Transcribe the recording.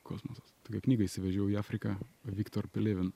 kosmosas knygą įsivežiau į afriką viktor pelėvin